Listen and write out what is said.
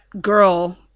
girl